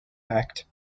act